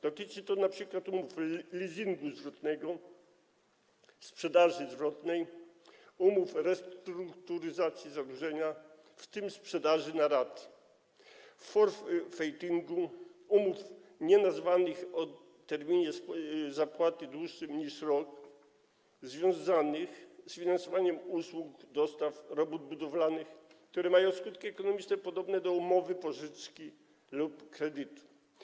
Dotyczy to np. umów leasingu zwrotnego, sprzedaży zwrotnej, umów restrukturyzacji zadłużenia, w tym sprzedaży na raty, forfaitingu, umów nienazwanych o terminie zapłaty dłuższym niż rok, związanych z finansowaniem usług, dostaw i robót budowlanych, które mają skutki ekonomiczne podobne do umowy pożyczki lub kredytu.